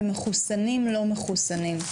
ומחוסנים/לא מחוסנים.